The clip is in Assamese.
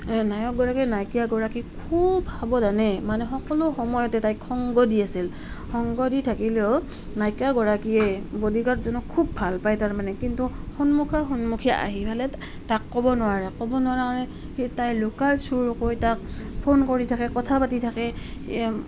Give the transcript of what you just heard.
নায়ক গৰাকীয়ে নায়িকাগৰাকীক খুব সাৱধানে মানে সকলো সময়তে তাইক সংগ দি আছিল সংগ দি থাকিলেও নায়িকা গৰাকীয়ে বডিগাৰ্ডজনক খুব ভাল পায় তাৰমানে কিন্তু সন্মুখা সন্মুখী আহি পেলাই তাক ক'ব নোৱাৰে ক'ব নোৱাৰাৰ কাৰণে সেই তাই লুকাই চুৰকৈ তাক ফোন কৰি থাকে কথা পাতি থাকে